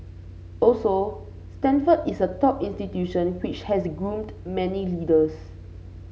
also Stanford is a top institution which has groomed many leaders